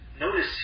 Notice